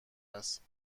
است